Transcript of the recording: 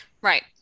right